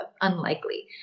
unlikely